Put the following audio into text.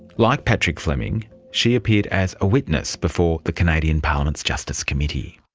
like patrick fleming, she appeared as a witness before the canadian parliament's justice committee.